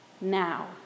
now